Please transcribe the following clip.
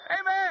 Amen